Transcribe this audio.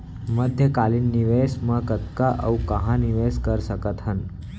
मध्यकालीन निवेश म कतना अऊ कहाँ निवेश कर सकत हन?